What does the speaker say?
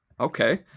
Okay